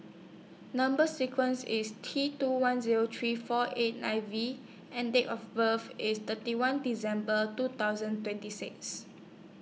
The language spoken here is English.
Number sequence IS T two one Zero three four eight nine V and Date of birth IS thirty one December two thousand twenty six